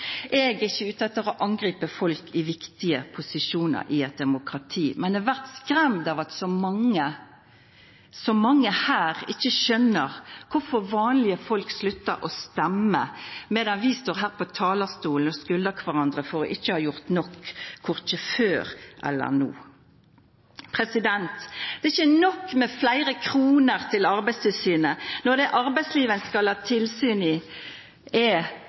Eg er ikkje ute etter å angripa folk i viktige posisjonar i eit demokrati, men eg blir skremd av at så mange her ikkje skjønar kvifor vanlege folk sluttar å stemma medan vi står her på talarstolen og skuldar kvarandre for ikkje å ha gjort nok, korkje før eller no. Det er ikkje nok med fleire kroner til Arbeidstilsynet når det er arbeidslivet ein skal ha tilsyn med – det er